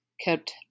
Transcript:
kept